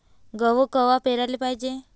गहू कवा पेराले पायजे?